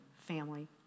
family